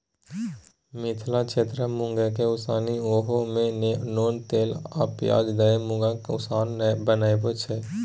मिथिला क्षेत्रमे मुँगकेँ उसनि ओहि मे नोन तेल आ पियाज दए मुँगक उसना बनाबै छै